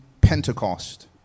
Pentecost